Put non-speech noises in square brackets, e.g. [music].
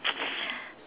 [noise]